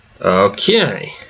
Okay